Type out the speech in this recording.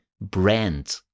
brand